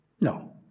No